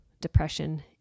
depression